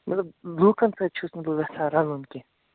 مطلب لوٗکَن سۭتۍ چھُس نہٕ بہٕ یژھان رَلُن کیٚنٛہہ